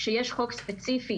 כשיש חוק ספציפי,